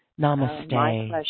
Namaste